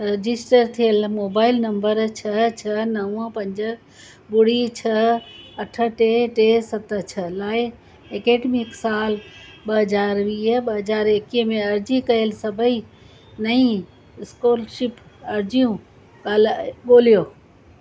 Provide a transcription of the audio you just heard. register थियलु mobile number छह छह नव पंज ॿुड़ी छह अठ टे टे सत छह लाइ ऐकडेमिक साल ॿ हजार वीह ॿ हजार एकवीह में अर्ज़ी कयलु सभई नईं स्कोलरशिप अर्ज़ियूं ॻाल्हाइ ॻोल्हियो